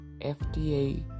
FDA